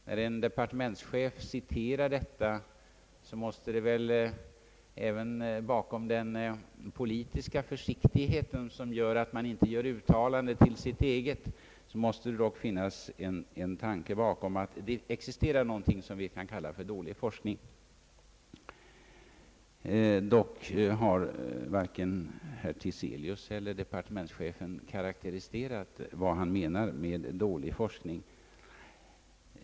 När en departementschef citerar detta, måste det väl även bakom den politiska försiktigheten, som gör att han inte lägger uttalandet i sin egen mun, finnas tanken att det existerar någonting som vi kan kalla »dålig forsk ning». Dock har varken professor Tiselius eller departementschefen karakteriserat vad som här menas med »dålig forskning».